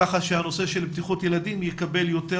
ככה שהנושא של בטיחות ילדים יקבל יותר